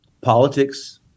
politics